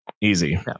easy